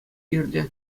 иртӗ